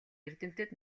эрдэмтэд